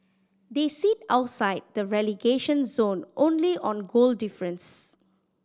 they sit outside the relegation zone only on goal difference